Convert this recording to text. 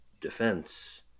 defense